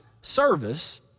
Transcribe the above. service